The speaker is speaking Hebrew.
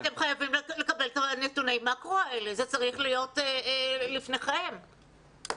זה צריך להיות לפניכם,